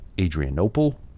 Adrianople